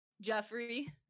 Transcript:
Jeffrey